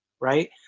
right